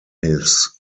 his